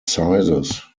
sizes